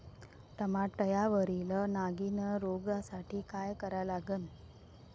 टमाट्यावरील नागीण रोगसाठी काय करा लागन?